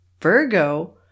Virgo